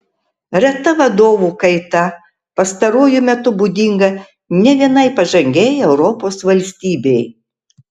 reta vadovų kaita pastaruoju metu būdinga ne vienai pažangiai europos valstybei